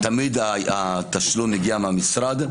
תמיד התשלום מגיע מהמשרד.